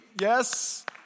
Yes